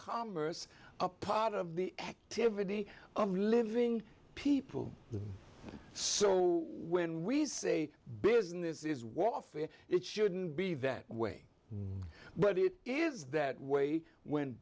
commerce a part of the activity of living people so when we say business is welfare it shouldn't be that way but it is that way when